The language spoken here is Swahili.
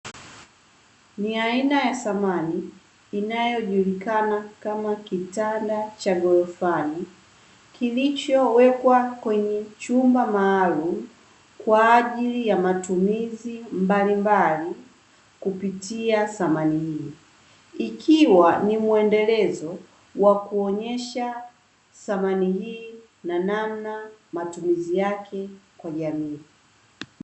Ni aina ya samani inayojulikana kama kitanda cha ghorofa kilichowekwa kwenye chumba maalumu kwa ajili ya matumizi mbalimbali. Kupitia samani hii ikiwa ni muendelezo wa kuonyesha samani hii na namna matumizi yake kwa jamii.